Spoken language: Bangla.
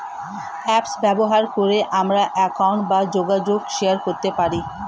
অ্যাপ্স ব্যবহার করে আমরা কন্টাক্ট বা যোগাযোগ শেয়ার করতে পারি